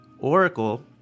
Oracle